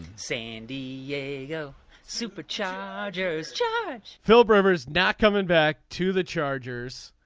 san diego super chargers charge philip rivers not coming back to the chargers.